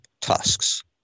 tusks